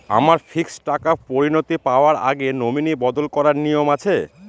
আমার ফিক্সড টাকা পরিনতি পাওয়ার আগে নমিনি বদল করার নিয়ম আছে?